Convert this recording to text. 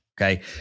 Okay